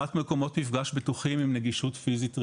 יצירת מקומות מפגש בטוחים עם נגישות פיזית ראויה.